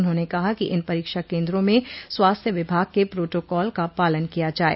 उन्होंने कहा कि इन परीक्षा केन्द्रों में स्वास्थ्य विभाग के प्रोटोकाल का पालन किया जाये